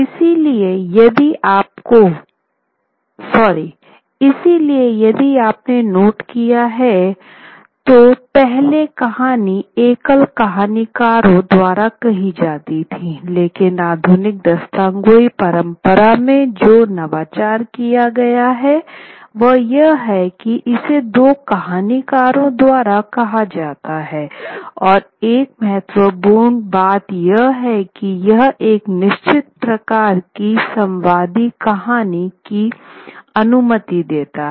इसलिए यदि आपने नोट किया है तोपहले कहानी एकल कहानीकारों द्वारा कही जाती थी लेकिन आधुनिक दास्तानगोई परंपरा में जो नवाचार किया गया है वह यह है कि इसे दो कहानीकारों द्वारा कहा जाता है और एक बहुत महत्वपूर्ण बात यह है कि यह एक निश्चित प्रकार की संवादी कहानी की अनुमति देता है